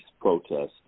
protests